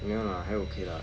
没有 lah 还 okay lah